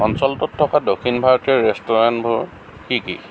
অঞ্চলটোত থকা দক্ষিণ ভাৰতীয় ৰেষ্টুৰেণ্টবোৰ কি কি